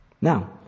Now